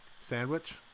sandwich